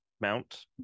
mount